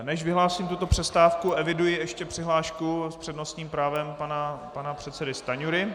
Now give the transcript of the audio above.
Než vyhlásím tuto přestávku, eviduji ještě přihlášku s přednostním právem pana předsedy Stanjury.